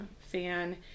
fan